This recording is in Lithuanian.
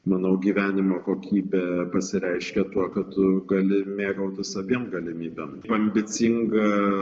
manau gyvenimo kokybė pasireiškia tuo kad tu gali mėgautis abiem galimybėm ambicinga